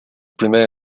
primera